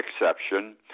exception